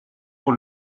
pour